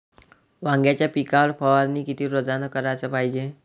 वांग्याच्या पिकावर फवारनी किती रोजानं कराच पायजे?